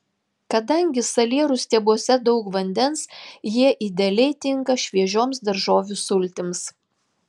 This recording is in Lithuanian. kadangi salierų stiebuose daug vandens jie idealiai tinka šviežioms daržovių sultims